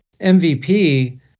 MVP